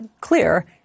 clear